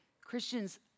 Christians